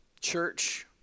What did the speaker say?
church